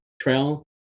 trail